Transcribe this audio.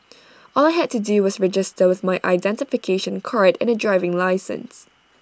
all I had to do was register with my identification card and A driving licence